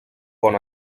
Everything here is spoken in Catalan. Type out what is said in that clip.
bon